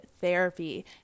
therapy